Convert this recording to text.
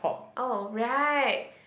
oh right